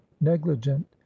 negligent